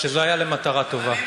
שזה היה למטרה טובה.